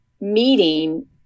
meeting